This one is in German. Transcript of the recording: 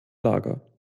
lager